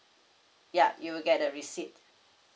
ya you will get the receipt